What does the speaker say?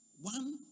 One